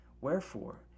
Wherefore